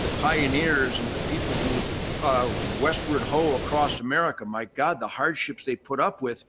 the pioneers and the people who westward whole across america, my god, the hardships they put up with,